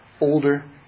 older